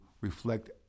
reflect